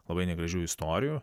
labai negražių istorijų